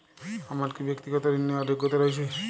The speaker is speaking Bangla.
আমার কী ব্যাক্তিগত ঋণ নেওয়ার যোগ্যতা রয়েছে?